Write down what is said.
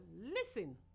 Listen